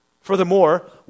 Furthermore